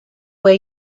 way